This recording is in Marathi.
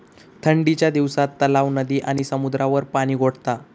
ठंडीच्या दिवसात तलाव, नदी आणि समुद्रावर पाणि गोठता